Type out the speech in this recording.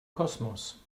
kosmos